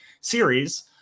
series